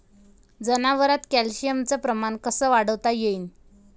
जनावरात कॅल्शियमचं प्रमान कस वाढवता येईन?